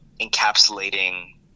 encapsulating